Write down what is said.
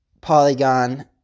Polygon